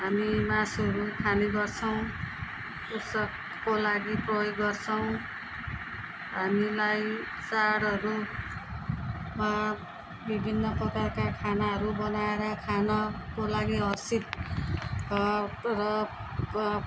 हामी मासुहरू खानेगर्छौँ उत्सवको लागि प्रयोग गर्छौँ हामीलाई चाडहरूमा विभिन्न प्रकारका खानाहरू बनाएर खानको लागि हर्षित